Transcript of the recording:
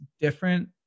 different